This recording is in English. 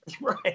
Right